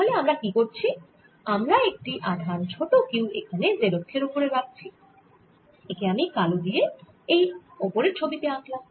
তাহলে আমরা কি করছি আমরা একটি আধান ছোট q এখানে z অক্ষের ওপরে রাখছি একে আমি কালো দিয়ে এই ওপরের ছবি তে আঁকলাম